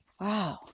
Wow